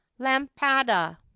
lampada